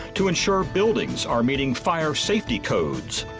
to ensure buildings are meeting fire safety codes.